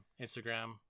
Instagram